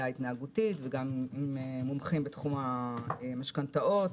ההתנהגותית וגם עם מומחים בתחום המשכנתאות,